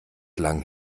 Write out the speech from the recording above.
lang